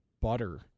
butter